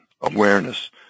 awareness